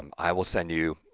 um i will send you